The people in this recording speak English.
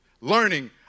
learning